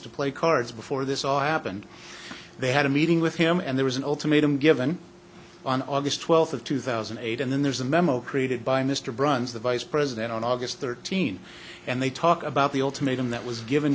to play cards before this all happened they had a meeting with him and there was an ultimatum given on august twelfth of two thousand and eight and then there's a memo created by mr brun's the vice president on august thirteenth and they talk about the ultimatum that was given